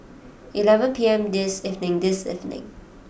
eleven P M this evening this evening